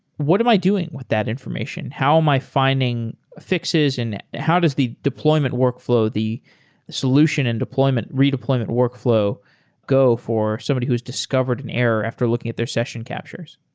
what am i doing that information? how am i finding fixes and how does the deployment workflow, the solution and deployment, redeployment workflow go for somebody who's discovered an error after looking at their session captures?